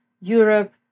Europe